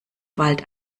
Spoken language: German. wald